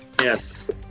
Yes